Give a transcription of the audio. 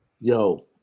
Yo